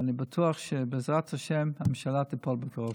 ואני בטוח שבעזרת השם, הממשלה תיפול בקרוב.